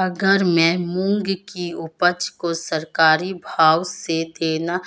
अगर मैं मूंग की उपज को सरकारी भाव से देना